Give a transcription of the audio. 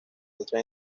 otra